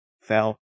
fell